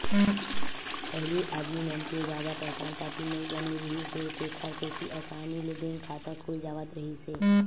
पहिली आदमी मन के जादा पहचान पाती नइ बने रिहिस हे तेखर सेती असानी ले बैंक खाता खुल जावत रिहिस हे